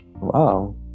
Wow